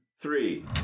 Three